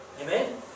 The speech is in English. Amen